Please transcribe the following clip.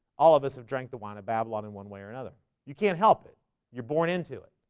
all of us have drank the wine of babylon in one way or another you can't help it you're born into it.